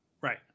Right